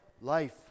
life